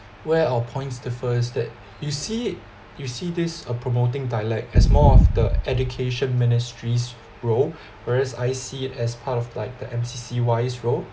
where our points differ is that you see you see this uh promoting dialect as more of the education ministry's role whereas I see it as part of like the M_C_C_Y's role